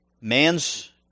man's